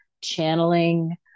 channeling